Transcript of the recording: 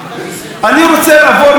אני רוצה לעבור מהמקום הזה,